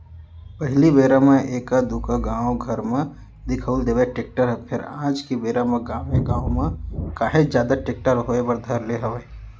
पहिली बेरा म एका दूका गाँव घर म दिखउल देवय टेक्टर ह फेर आज के बेरा म गाँवे गाँव म काहेच जादा टेक्टर होय बर धर ले हवय